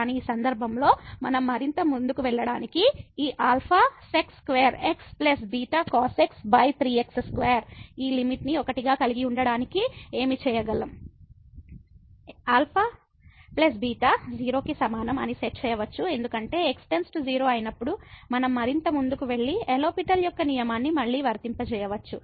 కానీ ఈ సందర్భంలో మనం మరింత ముందుకు వెళ్ళడానికి ఈ α sec2x β cos x 3x2 ఈ లిమిట్ ని 1 గా కలిగి ఉండటానికి ఏమి చేయగలం α β 0 కి సమానం అని సెట్ చేయవచ్చు ఎందుకంటే x → 0 అయినప్పుడు మనం మరింత ముందుకు వెళ్లి లో పిటెల్ L'Hospital యొక్క నియమాన్ని మళ్ళీ వర్తింపజేయవచ్చు